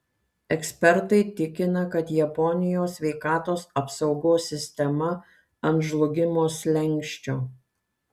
ekspertai tikina kad japonijos sveikatos apsaugos sistema ant žlugimo slenksčio